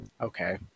okay